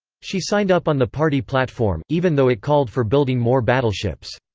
she signed up on the party platform, even though it called for building more battleships.